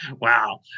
Wow